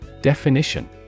Definition